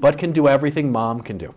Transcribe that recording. but can do everything mom can do